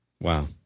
Wow